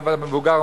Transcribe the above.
אבא מבוגר,